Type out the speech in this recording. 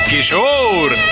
Kishore